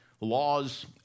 laws